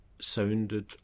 sounded